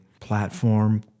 platform